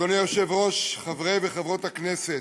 בעד, 40 חברי כנסת,